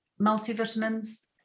multivitamins